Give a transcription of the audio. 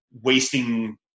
wasting